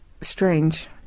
strange